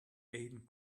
aden